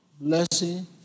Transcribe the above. blessing